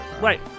Right